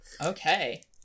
Okay